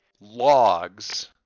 logs